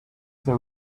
there